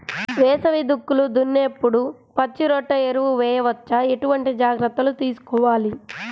వేసవి దుక్కులు దున్నేప్పుడు పచ్చిరొట్ట ఎరువు వేయవచ్చా? ఎటువంటి జాగ్రత్తలు తీసుకోవాలి?